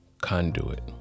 conduit